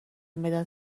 مداد